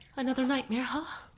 another nightmare? ah